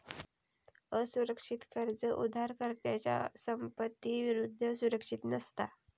असुरक्षित कर्ज उधारकर्त्याच्या संपत्ती विरुद्ध सुरक्षित नसता